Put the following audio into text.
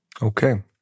Okay